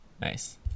Nice